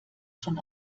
schon